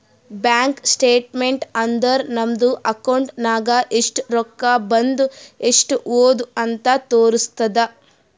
bank statement ಅಂದುರ್ ನಮ್ದು account ನಾಗ್ ಎಸ್ಟ್ ರೊಕ್ಕಾ ಬಂದು ಎಸ್ಟ್ ಹೋದು ಅಂತ್ ತೋರುಸ್ತುದ್